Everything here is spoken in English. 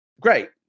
great